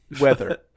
weather